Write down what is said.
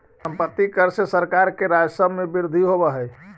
सम्पत्ति कर से सरकार के राजस्व में वृद्धि होवऽ हई